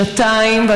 שנתיים,